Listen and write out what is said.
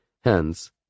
Hence